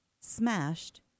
smashed